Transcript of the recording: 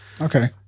Okay